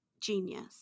genius